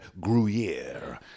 Gruyere